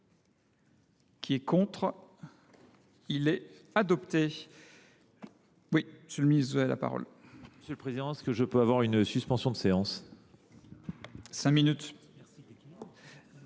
qui est contre, il est adopté. Oui, monsieur le ministre, la parole. Monsieur le Président, est-ce que je peux avoir une suspension de séance ? 5 minutes.